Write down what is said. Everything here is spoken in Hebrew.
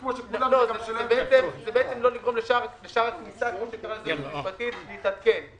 כמו שכולם --- זה בעצם לא לגרום לשער הכניסה משפטית להתעדכן.